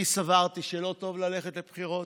אני סברתי שלא טוב ללכת לבחירות,